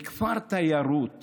לכפר תיירות